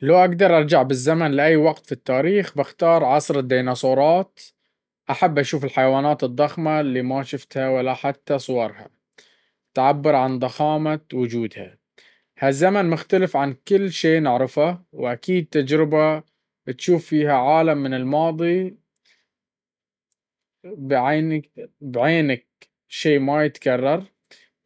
لو أقدر أرجع بالزمن لأي وقت في التاريخ، بختار عصر الديناصورات. أحب أشوف الحيوانات الضخمة اللي ما شفتها ولا حتى صورها تعبر عن ضخامة وجودها. هالزمن مختلف عن كل شي نعرفه، وأكيد تجربة تشوف فيها عالم من الماضي بعينك شي ما يتكرر.